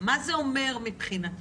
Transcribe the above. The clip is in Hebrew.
מה זה אומר מבחינתך,